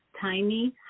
tiny